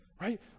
Right